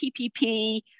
PPP